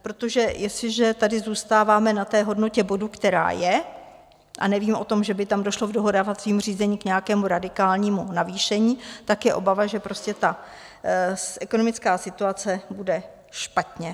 Protože jestliže tady zůstáváme na té hodnotě bodu, která je, a nevíme o tom, že by tam došlo v dohadovacím řízení k nějakému radikálnímu navýšení, tak je obava, že prostě ta ekonomická situace bude špatně.